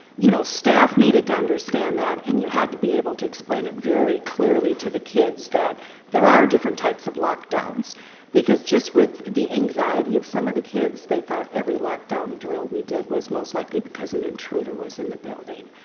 you know, staff needed to understand that and you had to be able to explain it very clearly to the kids that there are different types of lock downs because just with the anxiety of some of the kids, they thought every lock down drill we did was most likely because an intruder was in the building.